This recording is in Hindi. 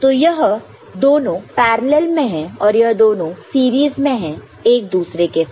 तो यह दोनों पैरेलल में है और यह दोनों सीरीज में है एक दूसरे के साथ